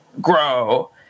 grow